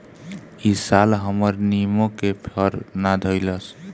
इ साल हमर निमो के फर ना धइलस